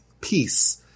peace